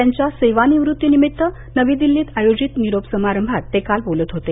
त्यांच्या सेवानिवृत्तीनिमित्त नवी दिल्लीत आयोजित निरोप समारंभात ते काल बोलत होते